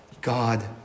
God